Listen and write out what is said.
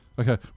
Okay